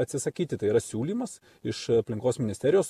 atsisakyti tai yra siūlymas iš aplinkos ministerijos